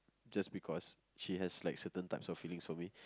just because she has like certain type of feelings for me